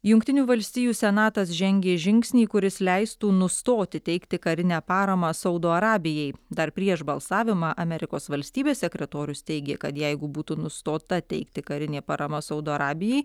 jungtinių valstijų senatas žengė žingsnį kuris leistų nustoti teikti karinę paramą saudo arabijai dar prieš balsavimą amerikos valstybės sekretorius teigė kad jeigu būtų nustota teikti karinė parama saudo arabijai